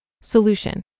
Solution